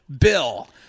Bill